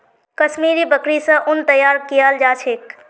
कश्मीरी बकरि स उन तैयार कियाल जा छेक